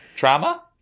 Trauma